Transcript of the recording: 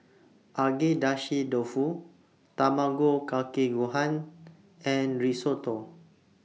Agedashi Dofu Tamago Kake Gohan and Risotto